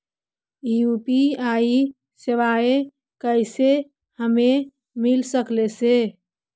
UPI सेवाएं कैसे हमें मिल सकले से?